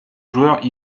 joueurs